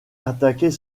attaquer